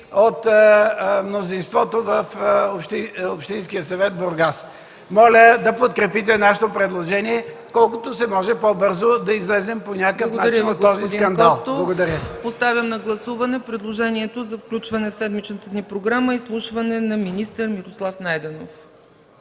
от мнозинството в Общинския съвет в Бургас. Моля да подкрепите нашето предложение колкото се може по-бързо да излезем по някакъв начин от този скандал. Благодаря